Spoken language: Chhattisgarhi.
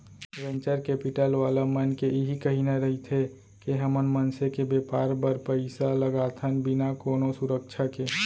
वेंचर केपिटल वाला मन के इही कहिना रहिथे के हमन मनसे के बेपार बर पइसा लगाथन बिना कोनो सुरक्छा के